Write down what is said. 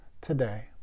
today